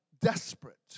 desperate